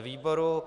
výboru.